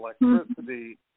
electricity